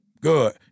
Good